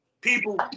people